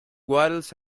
waddles